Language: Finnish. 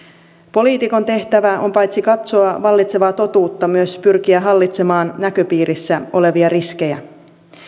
poliitikon tehtävä on paitsi katsoa vallitsevaa totuutta myös pyrkiä hallitsemaan näköpiirissä olevia riskejä